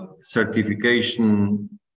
certification